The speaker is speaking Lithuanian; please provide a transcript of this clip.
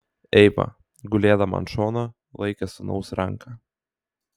eiva gulėdama ant šono laikė sūnaus ranką